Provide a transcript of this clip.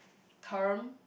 term